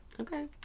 okay